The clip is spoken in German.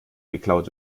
geklaut